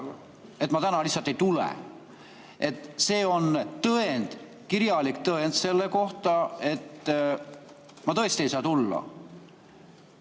et ma täna lihtsalt ei tule, vaid see on tõend, kirjalik tõend selle kohta, et ma tõesti ei saa tulla.